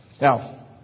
Now